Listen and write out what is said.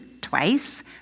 twice